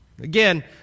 Again